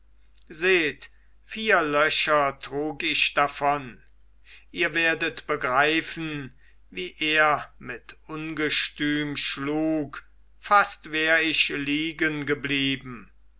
seht vier löcher trug ich davon ihr werdet begreifen wie er mit ungestüm schlug fast wär ich liegen geblieben